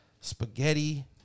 spaghetti